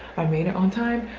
i made it on time.